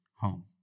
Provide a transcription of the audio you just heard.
home